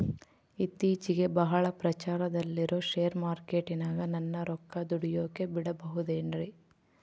ಇತ್ತೇಚಿಗೆ ಬಹಳ ಪ್ರಚಾರದಲ್ಲಿರೋ ಶೇರ್ ಮಾರ್ಕೇಟಿನಾಗ ನನ್ನ ರೊಕ್ಕ ದುಡಿಯೋಕೆ ಬಿಡುಬಹುದೇನ್ರಿ?